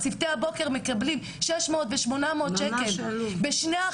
צוותי הבוקר מקבלים שש מאות ושמונה מאות שקל בשני החגים?